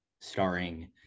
starring